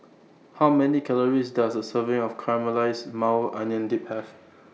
How Many Calories Does A Serving of Caramelized Maui Onion Dip Have